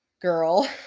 girl